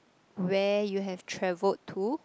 where you have traveled to